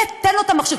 זה, תן לו את המכשיר.